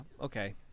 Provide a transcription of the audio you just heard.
Okay